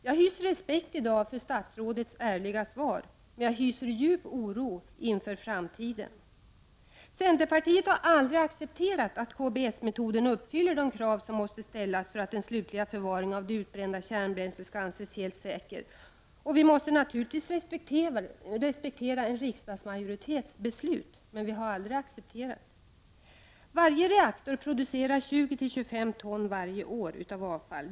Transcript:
Jag hyser respekt för statsrådets ärliga svar i dag, men jag känner djup oro inför framtiden. Centerpartiet har aldrig accepterat ståndpunkten att KBS metoden uppfyller de krav som måste ställas för att den slutliga förvaringen av det utbrända kärnkraftsbränslet skall anses helt säkert. Vi måste naturligtvis respektera en riksdagsmajoritets beslut, men vi har aldrig accepterat den nyssnämnda ståndpunkten. Varje reaktor producerar 20 å 25 ton avfall varje år.